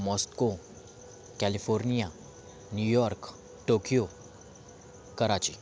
Moscow California New York Tokyo Karachi